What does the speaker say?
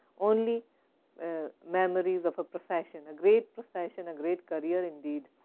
only memories of a profession, a great profession, a great career indeed,